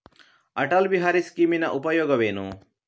ಅಟಲ್ ಬಿಹಾರಿ ಸ್ಕೀಮಿನ ಉಪಯೋಗವೇನು?